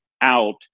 out